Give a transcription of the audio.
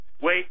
wait